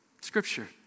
Scripture